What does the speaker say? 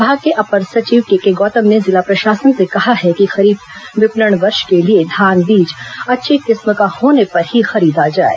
विभाग के अपर सचिव केके गौतम ने जिला प्रशासन से कहा है कि खरीफ विपणन वर्ष के लिए धान बीज अच्छी किस्म का होने पर ही खरीदी जाए